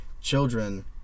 children